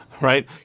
Right